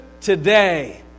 today